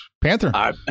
Panther